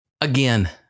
again